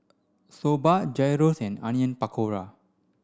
Soba Gyros and Onion Pakora